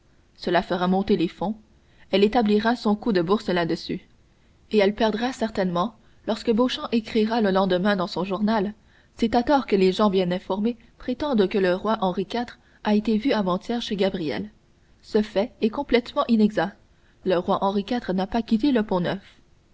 cela fera monter les fonds elle établira son coup de bourse là-dessus et elle perdra certainement lorsque beauchamp écrira le lendemain dans son journal c'est à tort que les gens bien informés prétendent que le roi henri iv a été vu avant-hier chez gabrielle ce fait est complètement inexact le roi henri iv n'a pas quitté le